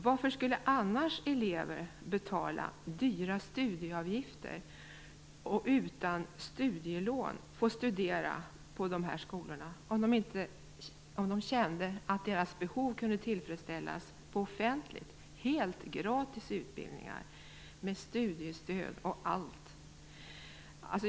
Varför skulle elever betala dyra studieavgifter för att utan studielån studera på dessa skolor om de kände att deras behov kunde tillfredsställas helt gratis på offentliga utbildningar - med studiestöd och allt?